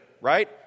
right